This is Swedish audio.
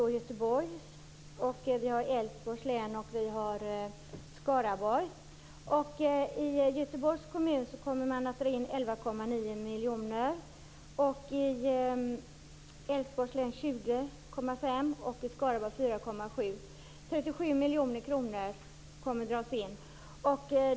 I Göteborgs kommun kommer man att dra in 11,9 miljoner. I Älvsborgs län 20,5 miljoner och i Skaraborgs län 4,7 miljoner. 37 miljoner kronor kommer att dras in.